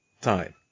time